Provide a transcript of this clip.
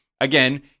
again